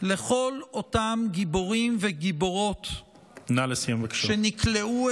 מול כל אותם גיבורים וגיבורות, נא לסיים, בבקשה.